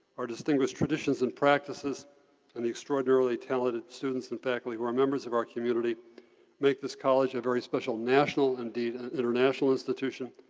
our distinguished traditions and practices and the extraordinarily talented students and faculty who are members of our community make this college a very special national, indeed international institution,